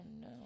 no